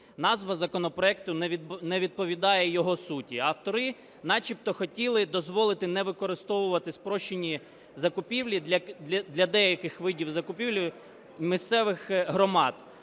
Назва законопроекту не відповідає його суті, а автори начебто хотіли дозволити не використовувати спрощені закупівлі для деяких видів закупівель місцевих громад.